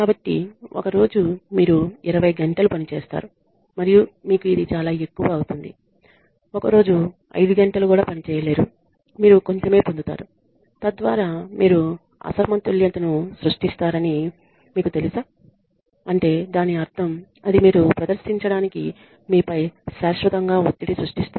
కాబట్టి ఒక రోజు మీరు 20 గంటలు పని చేస్తారు మరియు మీకు ఇది చాలా ఎక్కువ అవుతుంది మరియు మరొక రోజు మీరు 5 గంటలు కూడా పని చేయలేరు మరియు మీరు కొంచమే పొందుతారు తద్వారా మీరు అసమతుల్యతను సృష్టిస్తారని మీకు తెలుసా అంటే దాని అర్దం అది మీరు ప్రదర్శించడానికి మీపై శాశ్వతంగా ఒత్తిడి సృష్టిస్తుంది